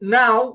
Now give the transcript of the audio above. now